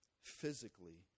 physically